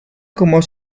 como